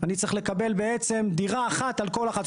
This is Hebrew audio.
אני צריך לקבל בעצם דירה אחת על כל אחת.